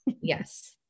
Yes